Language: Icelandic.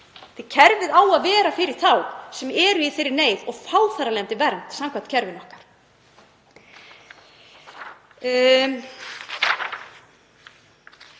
Kerfið á að vera fyrir þá sem eru í þeirri neyð og fá þar af leiðandi vernd samkvæmt kerfinu okkar.